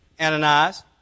Ananias